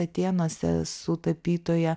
atėnuose su tapytoja